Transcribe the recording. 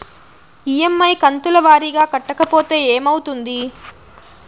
EMI కంతుల వారీగా కట్టకపోతే ఏమవుతుంది?